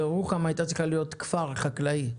ירוחם הייתה צריכה להיות כפר חקלאי מ-1951.